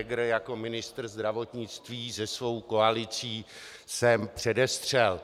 Heger jako ministr zdravotnictví se svou koalicí sem předestřel.